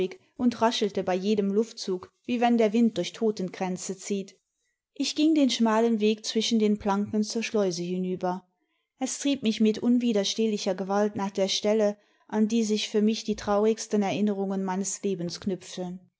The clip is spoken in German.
und raschelte bei jedem luftzug wie wenn der wind durch totenkränze zieht ich ging den schmalen weg zwischen den planken zur schleuse hinüber es trieb mich mit imwiderstehlicher gewalt nach der stelle an die sich für mich die traurigsten erinnerungen meines lebens knüpfen